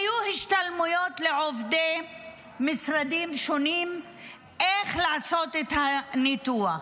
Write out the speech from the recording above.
היו השתלמויות לעובדי משרדים שונים איך לעשות את הניתוח.